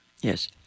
yes